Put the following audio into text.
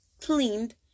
cleaned